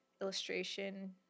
illustration